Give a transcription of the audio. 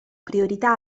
priorità